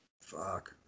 fuck